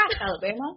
Alabama